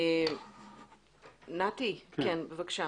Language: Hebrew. נתי, בבקשה.